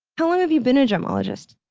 how long have you been a gemologist?